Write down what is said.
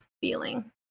feeling